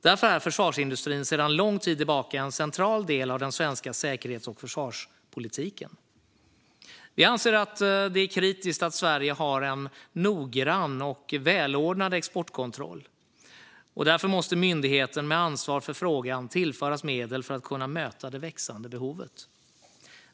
Därför är försvarsindustrin sedan lång tid tillbaka en central del av den svenska säkerhets och försvarspolitiken. Vi anser att det är kritiskt att Sverige har en noggrann och välordnad exportkontroll, och därför måste myndigheten med ansvar för frågan tillföras medel för att kunna möta det växande behovet.